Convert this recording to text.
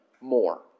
more